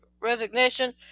resignation